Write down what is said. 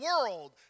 world